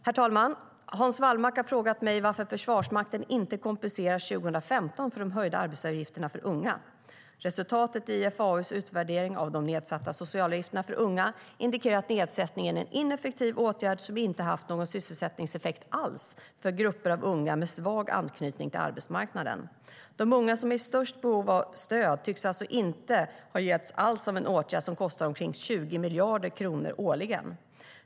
Herr talman! Hans Wallmark har frågat mig varför Försvarsmakten inte kompenseras 2015 för de höjda arbetsgivaravgifterna för unga. Resultaten i IFAU:s utvärdering av de nedsatta socialavgifterna för unga indikerar att nedsättningen är en ineffektiv åtgärd som inte har haft någon sysselsättningseffekt alls för grupper av unga med svag anknytning till arbetsmarknaden. De unga som är i störst behov av stöd tycks alltså inte ha hjälpts alls av en åtgärd som kostar omkring 20 miljarder kronor årligen.